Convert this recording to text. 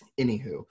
Anywho